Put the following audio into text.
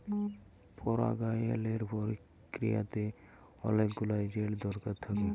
পরাগায়লের পক্রিয়াতে অলেক গুলা এজেল্ট দরকার থ্যাকে